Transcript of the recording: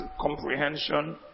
comprehension